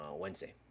Wednesday